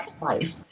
life